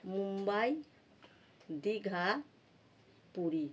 Mumbai Digha Puri